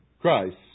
Christ